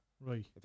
Right